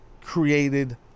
created